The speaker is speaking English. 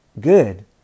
good